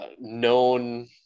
known